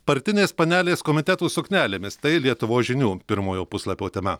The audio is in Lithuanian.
partinės panelės komitetų suknelėmis tai lietuvos žinių pirmojo puslapio tema